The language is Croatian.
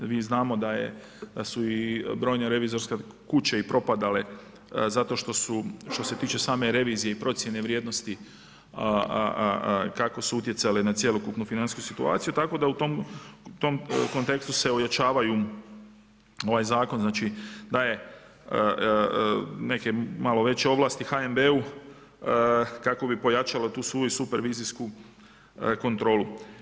Mi znamo da su i brojne revizorske kuće propadale zato što su, što se tiče same revizije i procjene vrijednosti kako su utjecale na cjelokupnu financijsku situaciju, tako da u tom kontekstu se ojačavaju ovaj zakon, znači da je neke malo veće ovlasti HNB-u kako bi pojačalo tu svoju supervizijsku kontrolu.